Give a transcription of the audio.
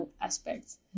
aspects